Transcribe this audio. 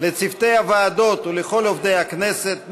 לצוותי הוועדות ולכל עובדי הכנסת,